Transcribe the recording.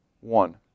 one